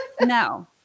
No